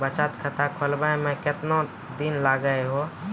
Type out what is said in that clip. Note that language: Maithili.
बचत खाता खोले मे केतना दिन लागि हो?